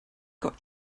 got